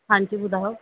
हांजी ॿुधायो